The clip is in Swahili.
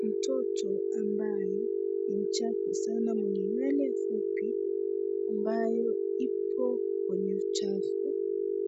Mtoto ambaye ni mchafu sana mwenye nywele fupi ambayo ipo kwenye uchafu.